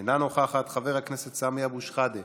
אינה נוכחת, חבר הכנסת סמי אבו שחאדה,